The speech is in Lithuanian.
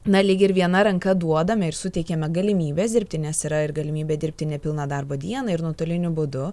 na lyg ir viena ranka duodame ir suteikiame galimybes dirbti nes yra ir galimybė dirbti nepilną darbo dieną ir nuotoliniu būdu